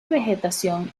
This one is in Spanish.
vegetación